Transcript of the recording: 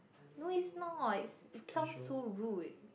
no it's not it it sounds so rude